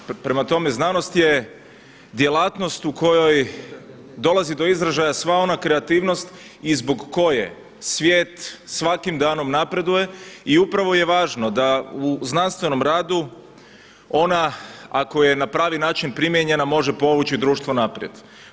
Prema tome, znanost djelatnost u kojoj dolazi do izražaja sva ona kreativnost i zbog koje svijet svakim danom napreduje i upravo je važno da u znanstvenom radu ona ako je na pravi način primijenjena može povući društvo naprijed.